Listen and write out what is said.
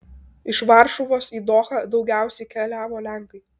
iš varšuvos į dohą daugiausiai keliavo lenkai